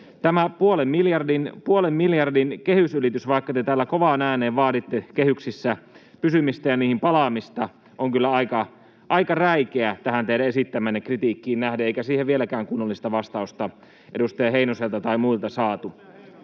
Tämä puolen miljardin kehysylitys, vaikka te täällä kovaan ääneen vaaditte kehyksissä pysymistä ja niihin palaamista, on kyllä aika räikeä tähän teidän esittämäänne kritiikkiin nähden, eikä siihen vieläkään kunnollista vastausta edustaja Heinoselta tai muilta saatu.